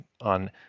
on